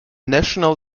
national